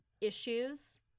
issues